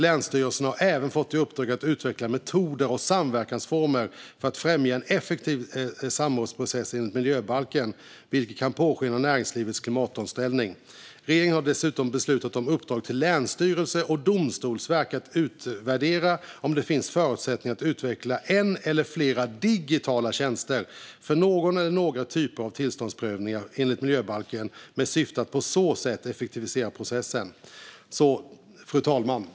Länsstyrelserna har även fått i uppdrag att utveckla metoder och samverkansformer för att främja en effektiv samrådsprocess enligt miljöbalken, vilket kan påskynda näringslivets klimatomställning. Regeringen har dessutom beslutat om uppdrag till länsstyrelserna och Domstolsverket att utvärdera om det finns förutsättningar att utveckla en eller flera digitala tjänster för någon eller några typer av tillståndsansökningar enligt miljöbalken med syfte att på så sätt effektivisera processen. Fru talman!